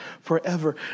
forever